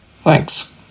Thanks